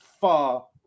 far